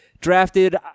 drafted